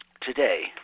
Today